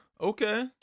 okay